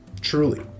Truly